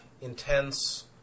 intense